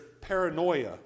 paranoia